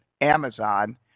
Amazon